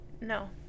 No